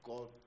God